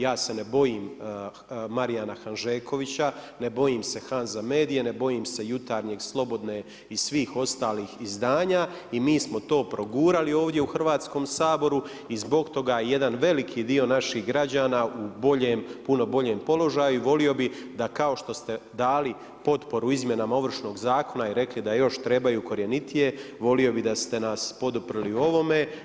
Ja se ne bojim Marijana Hanžekovića, ne bojim se HANZA medije, ne bojim se Jutarnjeg, Slobodne i svih ostalih izdanja i mi smo to progurali ovdje u Hrvatskom saboru i zbog toga je jedan veliki dio naših građana u boljem, puno boljem položaju i volio bih da kao što ste dali potporu izmjenama Ovršnog zakona i rekli da još trebaju korjenitije volio bih da ste nas poduprli u ovome.